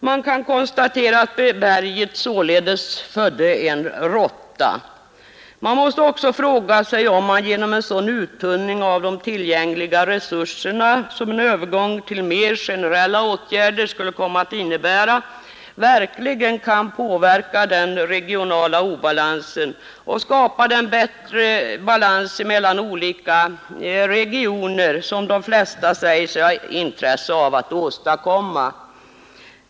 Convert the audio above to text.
Man kan konstatera att berget således födde en råtta! Man måste också fråga sig, om man genom en sådan uttunning av de tillgängliga resurserna som en övergång till mer generella åtgärder skulle komma att innebära verkligen kan påverka den regionala obalansen och skapa den bättre balans mellan olika regioner som de flesta säger sig ha intresse av att åstadkomma.